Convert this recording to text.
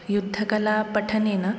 युद्धकलापठनेन